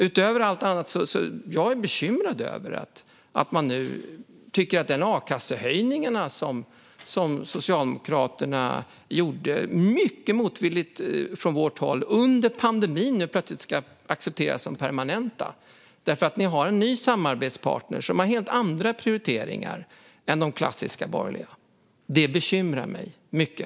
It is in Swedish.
Utöver allt annat är jag bekymrad över att man nu tycker att de a-kassehöjningar som Socialdemokraterna gjorde under pandemin - mycket motvilligt från vårt håll - nu plötsligt ska accepteras som permanenta eftersom ni har en ny samarbetspartner som har helt andra prioriteringar än de klassiska borgerliga. Det bekymrar mig mycket.